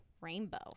Rainbow